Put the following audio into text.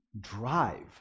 drive